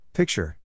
Picture